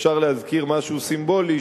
אפשר להזכיר משהו סימבולי,